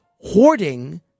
hoarding